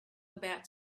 about